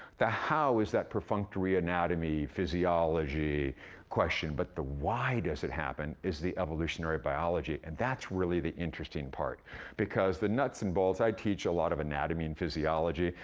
the how is that perfunctory anatomy, physiology question, but the why does it happen is the evolutionary biology. and that's really the interesting part because the nuts and bolts i teach a lot of anatomy and physiology.